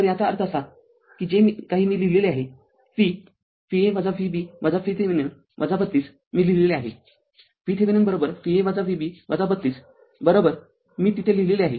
तर याचा अर्थ असा कीजे काही मी लिहिलेले आहे V Va Vb VThevenin ३२ मी लिहिलेले आहे VThevenin Va Vb ३२ मी तिथे लिहिलेले आहे